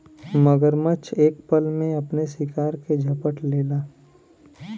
मगरमच्छ एक पल में अपने शिकार के झपट लेला